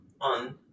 on